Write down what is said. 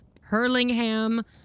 Hurlingham